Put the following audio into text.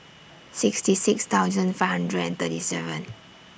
sixty six thousand five hundred and thirty seven